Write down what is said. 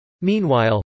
Meanwhile